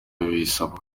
bisaba